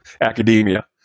academia